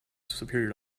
superior